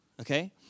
okay